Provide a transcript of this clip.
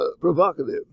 provocative